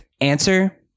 answer